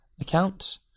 account